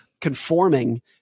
conforming